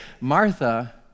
Martha